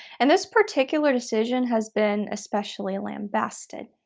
and this particular decision has been especially lambasted.